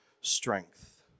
strength